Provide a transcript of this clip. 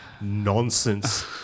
nonsense